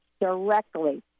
directly